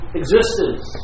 existence